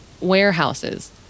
warehouses